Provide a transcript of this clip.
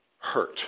hurt